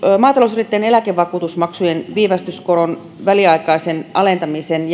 maatalousyrittäjien eläkevakuutusmaksujen viivästyskoron väliaikaisen alentamisen